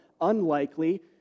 unlikely